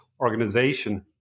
organization